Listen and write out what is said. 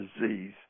disease